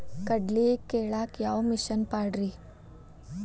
ಕಡ್ಲಿ ಕೇಳಾಕ ಯಾವ ಮಿಷನ್ ಪಾಡ್ರಿ?